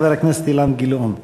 חבר הכנסת אילן גילאון.